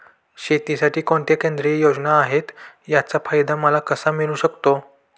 शेतीसाठी कोणत्या केंद्रिय योजना आहेत, त्याचा फायदा मला कसा मिळू शकतो?